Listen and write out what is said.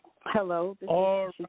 Hello